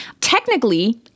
Technically